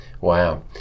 Wow